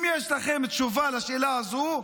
אם יש לכם תשובה על השאלה הזו,